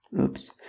Oops